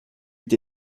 eût